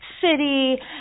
city